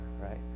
right